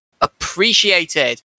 appreciated